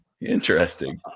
Interesting